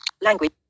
language